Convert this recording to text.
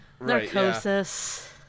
Narcosis